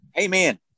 Amen